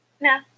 No